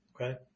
Okay